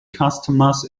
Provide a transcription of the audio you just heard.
customers